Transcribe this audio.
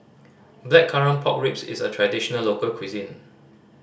Blackcurrant Pork Ribs is a traditional local cuisine